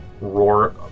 roar